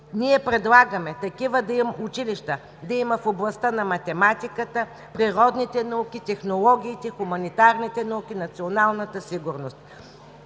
Ние предлагаме такива училища да има в областта на математиката, природните науки, технологиите, хуманитарните науки, националната сигурност.